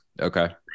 Okay